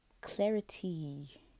clarity